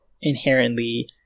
inherently